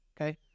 okay